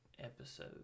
episode